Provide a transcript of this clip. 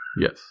Yes